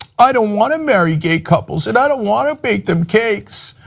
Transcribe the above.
i don't want to marry gay couples and i don't want to make them cakes,